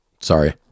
Sorry